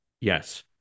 yes